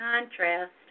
contrast